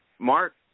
Mark